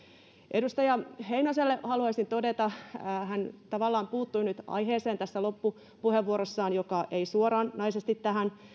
edustaja heinoselle haluaisin todeta tavallaan puuttui nyt aiheeseen tässä loppupuheenvuorossaan joka ei suoranaisesti tähän